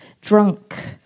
drunk